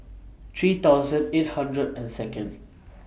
three thousand eight hundred and Second